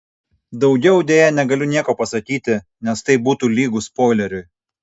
daugiau deja negaliu nieko pasakyti nes tai būtų lygu spoileriui